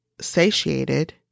satiated